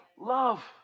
love